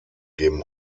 geben